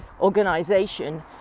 organization